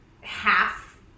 half